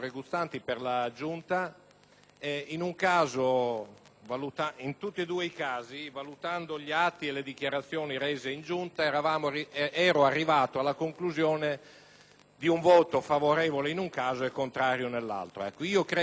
in entrambi i casi, valutando gli atti e le dichiarazioni rese in Giunta, ero arrivato alla conclusione di un voto favorevole in un caso e contrario nell'altro.